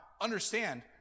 understand